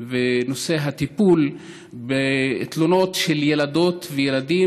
ונושא הטיפול בתלונות של ילדות וילדים